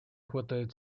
хватает